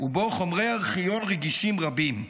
ובו חומרי ארכיון רגישים רבים,